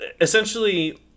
essentially